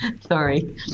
Sorry